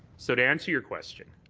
so to answer your question,